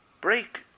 break